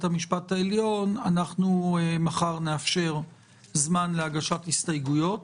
המשפט העליון אז מחר נאפשר זמן להגשת הסתייגויות